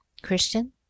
Christian